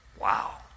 Wow